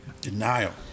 Denial